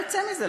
מה יוצא מזה?